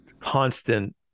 constant